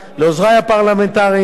לעוזרי הפרלמנטריים,